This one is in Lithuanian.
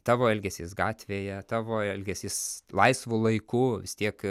tavo elgesys gatvėje tavo elgesys laisvu laiku vis tiek